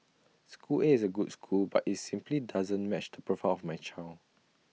school A is A good school but IT simply doesn't match the profile of my child